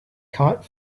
caught